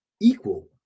equal